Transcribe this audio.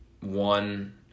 one –